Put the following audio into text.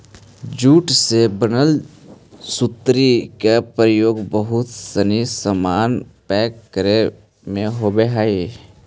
jute से बनल सुतरी के प्रयोग बहुत सनी सामान पैक करे में होवऽ हइ